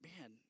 Man